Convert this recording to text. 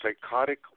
psychotic